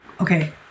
Okay